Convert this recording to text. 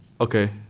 Okay